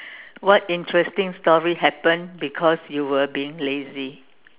what interesting story happened because you were being lazy